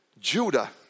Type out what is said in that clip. Judah